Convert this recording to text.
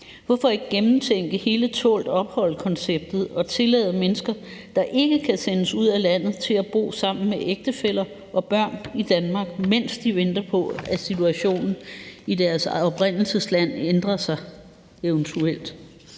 Hvorfor ikke gentænke hele tålt ophold-konceptet og tillade mennesker, der ikke kan sendes ud af landet, at bo sammen med ægtefæller og børn i Danmark, mens de venter på, at situationen i deres oprindelsesland eventuelt